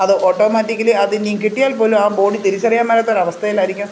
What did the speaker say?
അത് ഓട്ടോമാറ്റിക്കലി അത് ഇനി കിട്ടിയാൽ പോലും ആ ബോഡി തിരിച്ചറിയാൻ മേലാത്ത ഒരു അവസ്ഥയിൽ ആയിരിക്കും